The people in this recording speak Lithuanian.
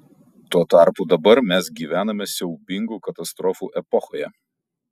tuo tarpu dabar mes gyvename siaubingų katastrofų epochoje